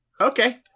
Okay